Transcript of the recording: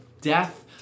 death